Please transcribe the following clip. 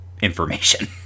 information